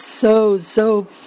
so-so